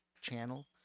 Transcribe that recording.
channel